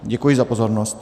Děkuji za pozornost.